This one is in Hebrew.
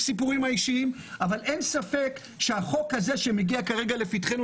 אבל אין ספק שהחוק הזה שמגיע לפתחנו,